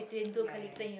ya ya ya